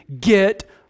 get